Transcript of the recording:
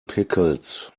pickles